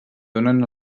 donen